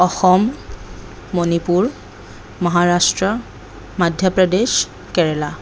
Assam Manipur Maharashtra Madhya Pradesh Kerala